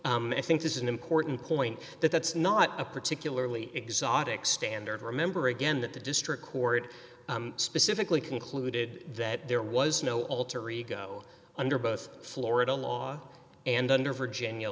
i think this is an important point that that's not a particularly exotic standard remember again that the district court specifically concluded that there was no alter ego under both florida law and under virginia